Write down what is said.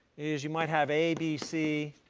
is you might have a, b, c,